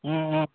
Om Om